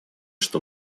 что